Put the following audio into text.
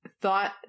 thought